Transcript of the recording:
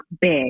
big